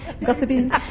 gossiping